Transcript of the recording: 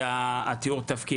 בנושא תיאור התפקיד,